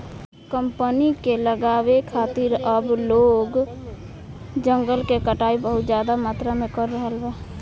company के लगावे खातिर अब लोग जंगल के कटाई बहुत ज्यादा मात्रा में कर रहल बा